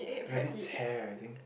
rabbit tare I think